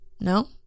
no